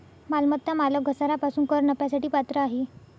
मालमत्ता मालक घसारा पासून कर नफ्यासाठी पात्र आहे